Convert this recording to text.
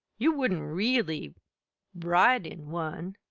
you wouldn't really ride in one!